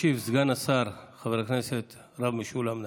ישיב סגן השר חבר הכנסת הרב משולם נהרי.